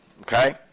okay